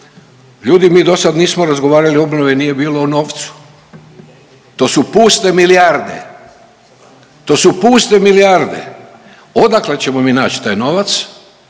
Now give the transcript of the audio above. Ljudi mi dosad nismo razgovarali, obnove nije bilo o novcu. To su puste milijarde. To su puste milijarde. Odakle ćemo mi naći taj novac,